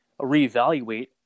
reevaluate